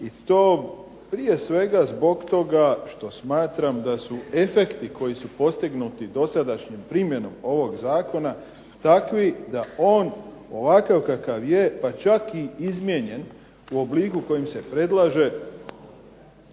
i to prije svega zbog toga što smatram da su efekti koji su postignuti dosadašnjom primjenom ovoga zakona takvi da on ovakav kakav je pa čak i izmijenjen u obliku u kojem se predlaže